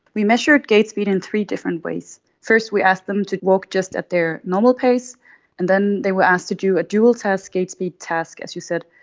we measured gait speed in three different ways. first we asked them to walk just at their normal pace and then they were asked to do a dual test, gait speed task, as you said,